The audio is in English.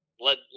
Let